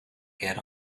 get